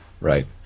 Right